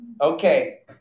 Okay